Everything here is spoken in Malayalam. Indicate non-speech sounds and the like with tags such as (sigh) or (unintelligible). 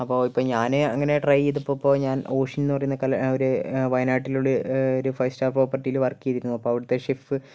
അപ്പോൾ ഇപ്പോൾ ഞാൻ അങ്ങനെ ട്രൈ ചെയ്തപ്പോൾ ഇപ്പോൾ ഞാൻ ഓഷ്യനെന്ന് പറയുന്ന (unintelligible) ഒരു വയനാട്ടിലുള്ള ഒരു ഫൈവ് സ്റ്റാർ പ്രോപർട്ടിയിൽ വർക്ക് ചെയ്തിരുന്നു അപ്പോൾ അവിടുത്തെ ഷെഫ്